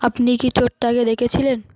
আপনি কি চোটটা আগে দেখেছিলেন